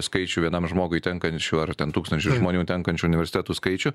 skaičių vienam žmogui tenkančių ar ten tūkstančiui žmonių tenkančių universitetų skaičių